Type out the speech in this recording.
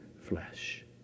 flesh